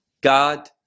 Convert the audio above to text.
God